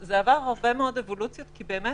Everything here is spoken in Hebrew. זה עבר הרבה מאוד אבולוציות כי באמת